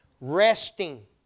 Resting